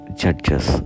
judges